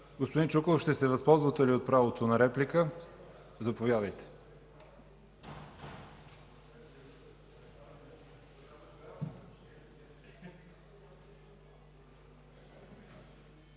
Господин Чуколов, ще се възползвате ли от правото на реплика? Заповядайте.